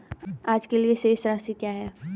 आज के लिए शेष राशि क्या है?